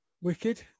Wicked